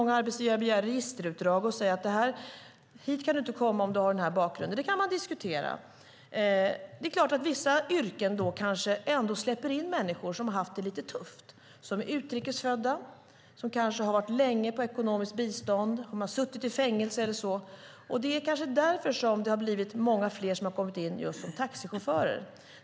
Många arbetsgivare begär registerutdrag och säger: Hit kan du inte komma om du har den här bakgrunden. Det kan man diskutera. Vissa yrken släpper ändå in människor som har haft det lite tufft, som är utrikes födda, som kanske har gått länge på ekonomiskt bistånd, som har suttit i fängelse eller så. Det är kanske därför som många fler har kommit in just som taxichaufförer.